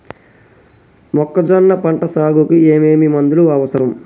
మొక్కజొన్న పంట సాగుకు ఏమేమి మందులు అవసరం?